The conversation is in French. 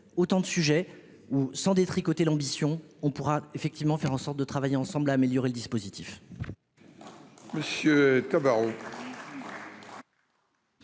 autant de sujets ou 100 détricoter l'ambition, on pourra effectivement faire en sorte de travailler ensemble à améliorer le dispositif.